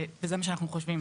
וזה גם מה שאנחנו חושבים.